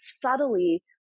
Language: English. subtly